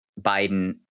Biden